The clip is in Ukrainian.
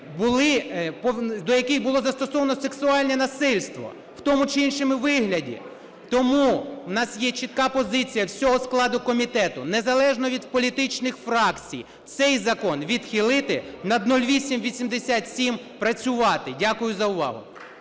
до яких було застосоване сексуальне насильство в тому чи іншому вигляді. Тому в нас є чітка позиція, всього складу комітету, незалежно від політичних фракцій, цей закон відхилити, над 0887 працювати. Дякую за увагу.